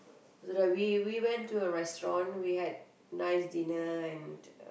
so that we we went to a restaurant we had nice dinner